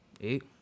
Eight